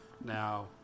now